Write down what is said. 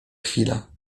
chwila